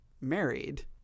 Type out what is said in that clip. married